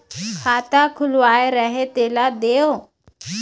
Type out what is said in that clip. खाता खुलवाय रहे तेला देव?